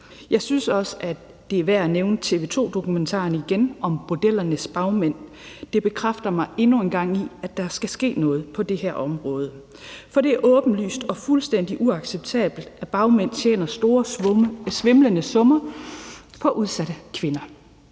Jeg synes også, det er værd igen at nævne TV 2-dokumentaren om bordellernes bagmænd. Det bekræfter mig endnu en gang i, at der skal ske noget på det her område. For det er åbenlyst og fuldstændig uacceptabelt, at bagmænd tjener svimlende summer på udsatte kvinder.